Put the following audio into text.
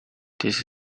this